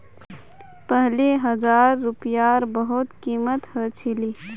पहले हजार रूपयार बहुत कीमत ह छिले